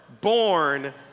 born